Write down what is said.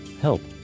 Help